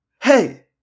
Hey